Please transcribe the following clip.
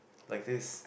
like this